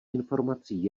informací